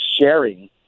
sharing